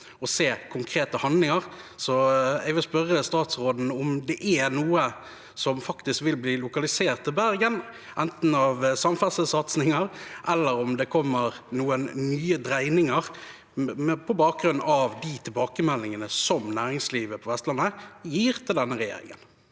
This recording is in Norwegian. å se konkrete handlinger, så jeg vil spørre statsråden om det er noe som faktisk vil bli lokalisert i Bergen, enten av samferdselssatsinger eller annet, eller om det kommer noen nye dreininger på bakgrunn av tilbakemeldingene som næringslivet på Vestlandet gir til regjeringen.